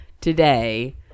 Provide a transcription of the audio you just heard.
today